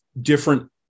different